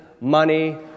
money